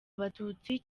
abatutsi